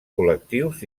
col·lectius